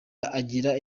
agira